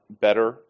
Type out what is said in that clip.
better